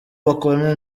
bakorana